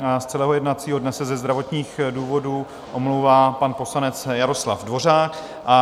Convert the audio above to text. Z celého jednacího dne se ze zdravotních důvodů omlouvá pan poslanec Jaroslav Dvořák.